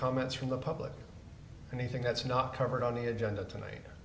comments from the public anything that's not covered on the agenda tonight